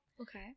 Okay